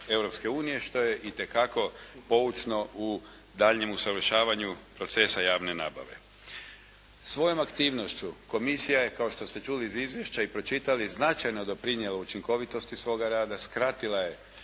Europske unije. Što je itekako poučno u daljnjem usavršavanju procesa javne nabave. Svojom aktivnošću Komisija je, kao što ste čuli iz Izvješća i pročitali, značajno doprinijela učinkovitosti svoga rada, skratila je